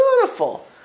Beautiful